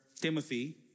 Timothy